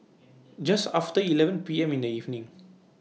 Just after eleven P M in The evening